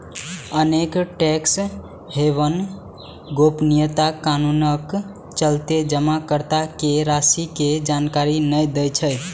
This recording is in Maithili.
अनेक टैक्स हेवन गोपनीयता कानूनक चलते जमाकर्ता के राशि के जानकारी नै दै छै